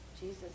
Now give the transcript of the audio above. Jesus